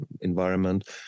environment